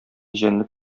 җәнлек